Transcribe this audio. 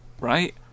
right